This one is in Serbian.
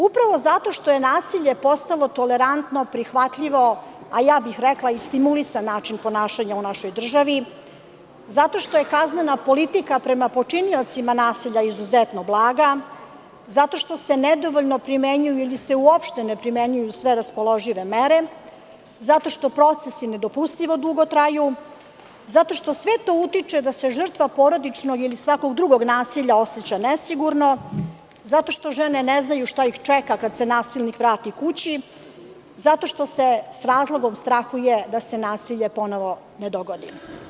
Upravo zato što je nasilje postalo tolerantno, prihvatljivo, a ja bih rekla i stimulisan način ponašanja u našoj državi, zato što je kaznena politika prema počiniocima nasilja izuzetno blaga, zato što se nedovoljno primenjuju ili se uopšte ne primenjuju sve raspoložive mere, zato što procesi nedopustivo dugo traju, zato što sve to utiče da se žrtva porodično ili nekog drugog nasilja oseća nesigurno, zato što žene ne znaju šta ih čeka kada se nasilnik vrati kući, zato što se s razlogom strahuje da se nasilje ponovo ne dogodi.